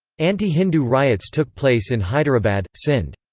anti-hindu riots took place in hyderabad, sind.